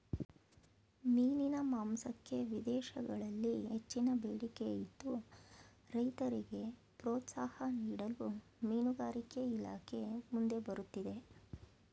ಮೀನಿನ ಮಾಂಸಕ್ಕೆ ವಿದೇಶಗಳಲ್ಲಿ ಹೆಚ್ಚಿನ ಬೇಡಿಕೆ ಇದ್ದು, ರೈತರಿಗೆ ಪ್ರೋತ್ಸಾಹ ನೀಡಲು ಮೀನುಗಾರಿಕೆ ಇಲಾಖೆ ಮುಂದೆ ಬರುತ್ತಿದೆ